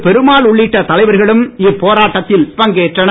பெருமாள் உள்ளிட்ட தலைவர்களும் இப்போராட்டத்தில் பங்கேற்றனர்